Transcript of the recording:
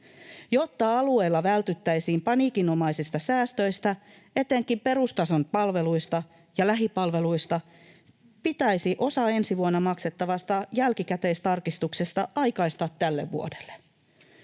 Jotta alueilla vältyttäisiin paniikinomaisilta säästöiltä etenkin perustason palveluista ja lähipalveluista, pitäisi osa ensi vuonna maksettavasta jälkikäteistarkistuksesta aikaistaa tälle vuodelle.